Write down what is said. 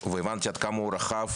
והבנתי עד כמה הוא רחב,